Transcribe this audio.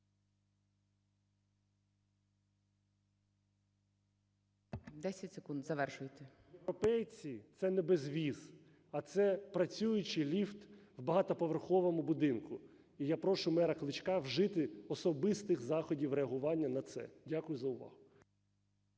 Дякую за увагу.